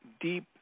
deep